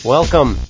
Welcome